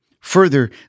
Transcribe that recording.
Further